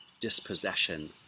dispossession